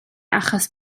achos